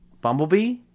Bumblebee